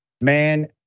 Man